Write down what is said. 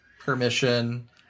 Permission